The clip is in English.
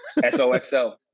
Soxl